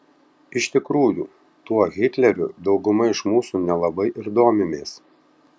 iš tikrųjų tuo hitleriu dauguma iš mūsų nelabai ir domimės